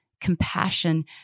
compassion